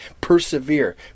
Persevere